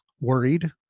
worried